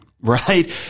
right